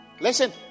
Listen